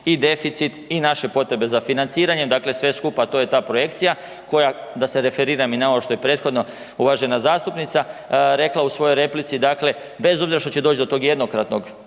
i deficit i naše potrebe za financiranjem, dakle sve skupa to je ta projekcija koja, da se referiram i na ovo što je prethodno uvažena zastupnica rekla u svojoj replici, dakle bez obzira što će doć do tog jednokratnog